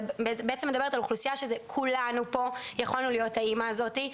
אני מדברת על אוכלוסיה שזה כולנו פה יכולנו להיות האמא הזאת,